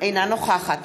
אינה נוכחת